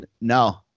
no